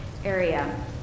area